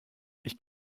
ich